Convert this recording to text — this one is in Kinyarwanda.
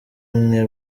mwe